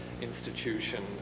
Institution